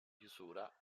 chiusura